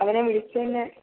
അവനെ വിളിച്ച് തന്നെ